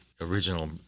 original